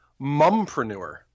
mumpreneur